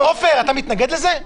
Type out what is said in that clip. עופר, אתה מתנגד לזה?